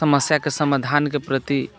समस्याके समाधानके प्रति